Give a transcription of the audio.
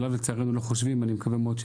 לצערנו, לא חושבים עליו.